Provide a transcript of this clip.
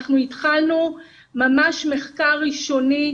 אנחנו התחלנו ממש מחקר ראשוני,